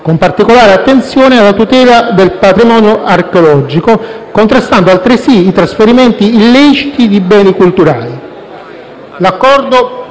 con particolare attenzione alla tutela del patrimonio archeologico, contrastando altresì i trasferimenti illeciti di beni culturali.